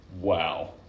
Wow